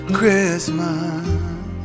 Christmas